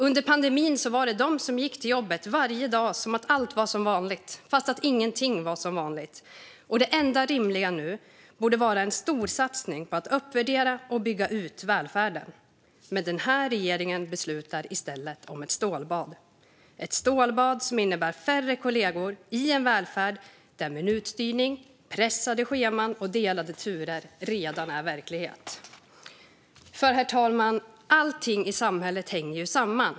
Under pandemin var det dessa kvinnor som gick till jobbet varje dag, som om allt var som vanligt fast ingenting var som vanligt. Det enda rimliga nu borde vara en storsatsning på att uppvärdera och bygga ut välfärden. Men regeringen beslutar i stället om ett stålbad. Det är ett stålbad som innebär färre kollegor i en välfärd där minutstyrning, pressade scheman och delade turer redan är verklighet. Herr talman! Allt i samhället hänger samman.